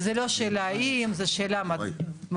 זה לא שאלה של האם, זו שאלה של מתי.